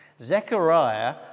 Zechariah